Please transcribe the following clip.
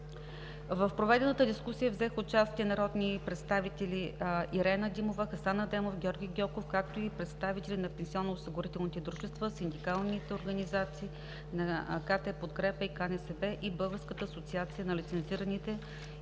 В проведената дискусия взеха участие народните представители Ирена Димова, Хасан Адемов, Георги Гьоков, както и представители на пенсионните дружества, синдикалните организации на КТ “Подкрепа“ и КНСБ, и Българската асоциация на лицензираните